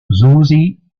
susi